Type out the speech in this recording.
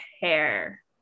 hair